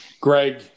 Greg